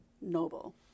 noble